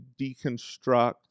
deconstruct